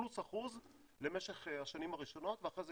פלוס אחוז למשך השנים הראשונות ואחרי זה,